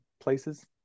places